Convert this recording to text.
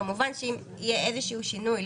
כמובן שאם יהיה איזשהו שינוי,